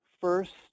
First